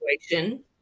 situation